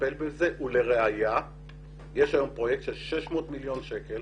לטפל בזה ולראיה יש היום פרויקט של 600 מיליון שקלים